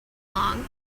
long